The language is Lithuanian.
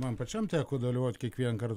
man pačiam teko dalyvauti kiekvienkart